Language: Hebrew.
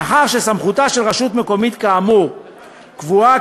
מאחר שסמכותה של רשות מקומית כאמור קבועה